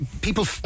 people